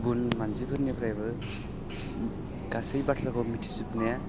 गुबुन मानसिफोरनिफ्रायबो गासै बाथ्राखौ मिथिजोबनाया